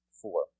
four